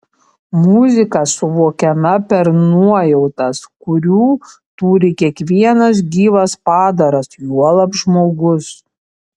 muzika suvokiama per nuojautas kurių turi kiekvienas gyvas padaras juolab žmogus